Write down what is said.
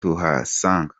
tuhasanga